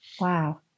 wow